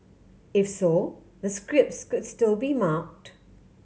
if so the scripts could still be marked